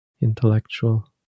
intellectual